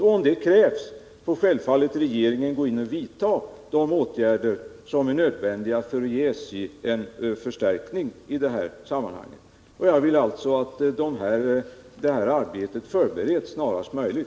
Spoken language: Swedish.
Om så krävs får regeringen självfallet gå in och vidta de åtgärder som är nödvändiga för att ge SJ en förstärkning i detta sammanhang. Jag vill alltså att detta arbete förbereds snarast möjligt.